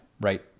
Right